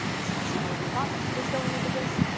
this is a scholarly thought that is going into this.